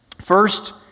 First